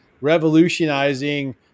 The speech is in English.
revolutionizing